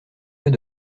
fait